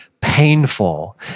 painful